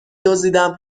دزدیدم